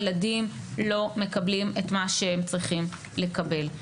הילדים לא מקבלים את מה שהם צריכים לקבל.